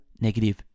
negative